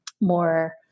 more